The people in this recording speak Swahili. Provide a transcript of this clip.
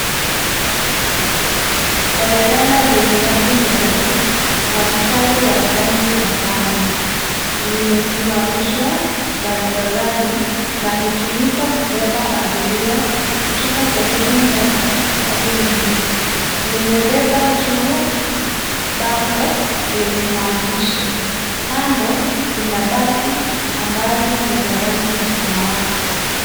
Daladala lenye rangi nyeupe, na mstari wa rangi ya njano. Limesimamishwa barabarani na hutumika kubeba abiria kutoka sehemu moja hadi nyingine. Limebeba juu bango lenye maandishi. Kando, kuna basi ambazo ni za rangi ya samawati.